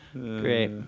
Great